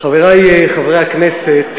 חברי חברי הכנסת,